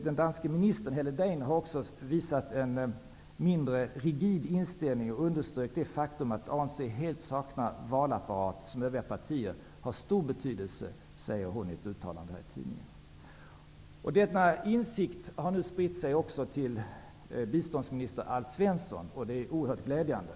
Den danska ministern Helle Degn har också visat en mindre rigid inställning och underströk det faktum att ANC helt saknar valapparat, som övriga partier har. Detta säger hon i ett uttalande i tidningen. Denna insikt har nu spritt sig också till biståndsminister Alf Svensson. Det är oerhört glädjande.